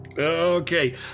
Okay